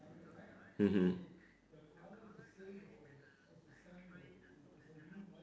mmhmm